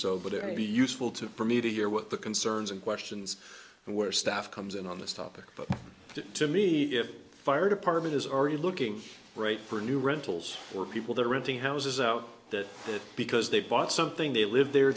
so but it may be useful to me to hear what the concerns and questions and where staff comes in on this topic but to me if the fire department is already looking right for new rentals or people that are renting houses out that because they bought something they lived there